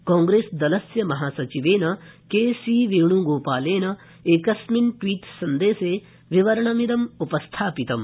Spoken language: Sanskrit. कांग्रेस दलस्य महासचिवेन केसी वेण् गोपालेन एकस्मिन् ट्वीट सन्देशे विवरणमिदम् उपस्थापितम्